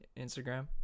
Instagram